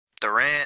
Durant